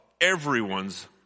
everyone's